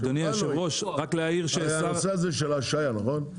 על הנושא הזה של ההשהיה נכון?